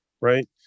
right